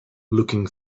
looking